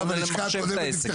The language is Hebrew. הפתרון זה למחשב את העסק הזה.